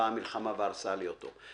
באה המלחמה והרסה לי אותו.